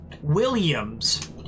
Williams